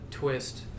twist